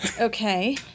Okay